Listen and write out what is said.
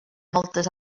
moltes